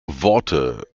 worte